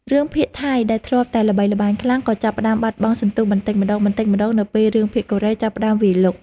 រឿងភាគថៃដែលធ្លាប់តែល្បីល្បាញខ្លាំងក៏ចាប់ផ្តើមបាត់បង់សន្ទុះបន្តិចម្តងៗនៅពេលរឿងភាគកូរ៉េចាប់ផ្តើមវាយលុក។